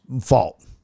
Fault